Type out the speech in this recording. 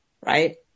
right